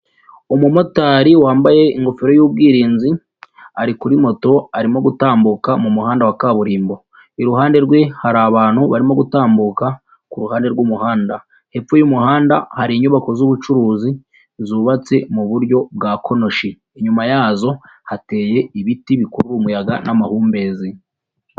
Umumotari wambaye ingofero y'ubwirinzi ari kuri moto arimo gutambuka mu muhanda wa kaburimbo, iruhande rwe hari abantu barimo gutambuka ku ruhande rw'umuhanda, hepfo y'umuhanda hari inyubako z'ubucuruzi zubatse mu buryo bwa konoshi, inyuma yazo hateye ibiti bikurura umuyaga n'amahumbezi.